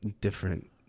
different